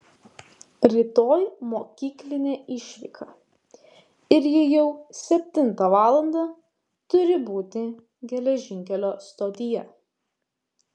rytoj mokyklinė išvyka ir ji jau septintą valandą turi būti geležinkelio stotyje